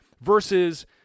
versus